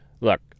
Look